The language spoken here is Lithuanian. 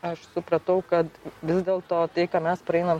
aš supratau kad vis dėlto tai ką mes praeinam